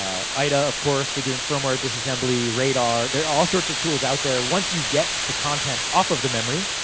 ah ida, of course, for doing firmware disassembly. radar. there are all sorts of tools out there. once you get the contents off of the memory,